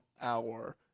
hour